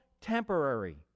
temporary